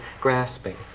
grasping